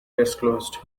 disclosed